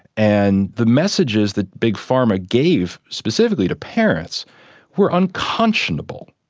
and the messages that big pharma gave specifically to parents were unconscionable.